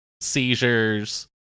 seizures